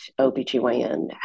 OBGYN